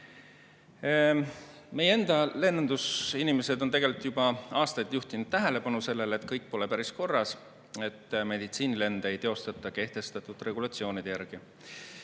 Meie enda lennundusinimesed on tegelikult juba aastaid sellele tähelepanu juhtinud, et kõik pole päris korras ja et meditsiinilende ei teostata kehtestatud regulatsioonide järgi.